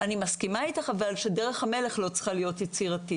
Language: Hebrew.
אני מסכימה אתך אבל שדרך המלך לא צריכה להיות יצירתית.